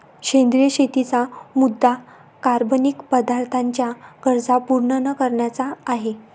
सेंद्रिय शेतीचा मुद्या कार्बनिक पदार्थांच्या गरजा पूर्ण न करण्याचा आहे